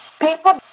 People